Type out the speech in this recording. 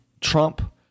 Trump